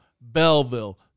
Belleville